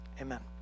Amen